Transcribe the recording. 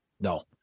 No